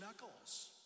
knuckles